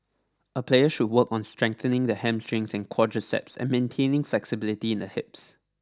a player should work on strengthening the hamstring and quadriceps and maintaining flexibility in the hips